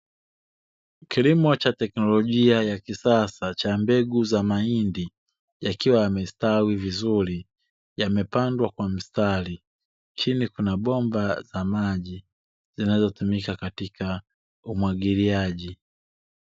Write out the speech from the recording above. Kilimo cha teknolojia ya kisasa cha mbegu za mahindi, yakiwa yamestawi vizuri, yamepandwa kwa mstari. Chini kuna bomba za maji zinazotumika katika umwagiliaji.